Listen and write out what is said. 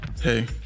Hey